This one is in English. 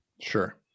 Sure